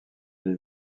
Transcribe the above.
les